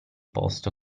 posto